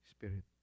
Spirit